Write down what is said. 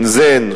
בנזין,